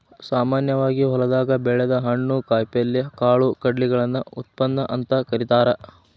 ಸಾಮಾನ್ಯವಾಗಿ ಹೊಲದಾಗ ಬೆಳದ ಹಣ್ಣು, ಕಾಯಪಲ್ಯ, ಕಾಳು ಕಡಿಗಳನ್ನ ಉತ್ಪನ್ನ ಅಂತ ಕರೇತಾರ